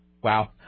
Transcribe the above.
Wow